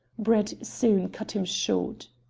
brett soon cut him short.